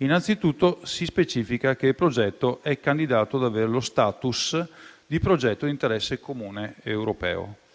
Innanzitutto, si specifica che il progetto è candidato ad avere lo *status* di progetto di interesse comune europeo,